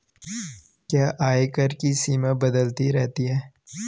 क्या आयकर की सीमा बदलती रहती है?